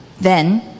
Then